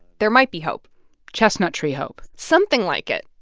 there might be hope chestnut tree hope something like it.